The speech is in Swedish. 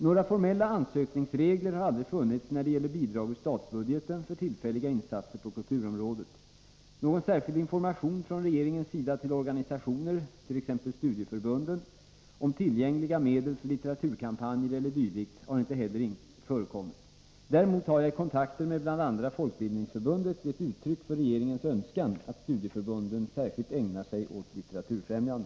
Några formella ansökningsregler har aldrig funnits när det gäller bidrag ur statsbudgeten för tillfälliga insatser på kulturområdet. Någon särskild information från regeringens sida till organsisationer, t.ex. studieförbunden, om tillgängliga medel för litteraturkampanjer e. d. har inte heller förekommit. Däremot har jag i kontakter med bl.a. Folkbildningsförbundet gett uttryck för regeringens önskan att studieförbunden särskilt ägnar sig åt litteraturfrämjande.